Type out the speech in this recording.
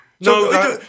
No